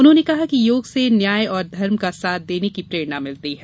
उन्होंने कहा कि योग से न्याय और धर्म का साथ देने की प्रेरणा मिलती है